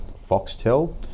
Foxtel